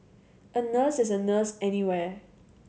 a nurse is a nurse anywhere